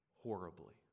horribly